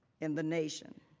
in the nation.